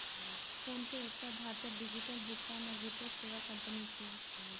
PhonePe एकटा भारतीय digital भुगतान आ वित्तीय सेवा कंपनी छियै